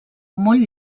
molt